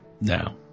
Now